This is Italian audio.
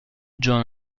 john